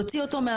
להוציא אותו.